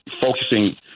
focusing